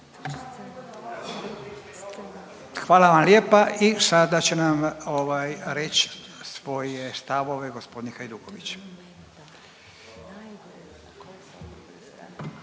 Hvala vam lijepa i sada će nam ovaj reć svoje stavove gospodin Hajduković.